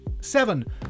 Seven